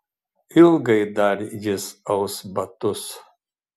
ilgai dar jis aus batus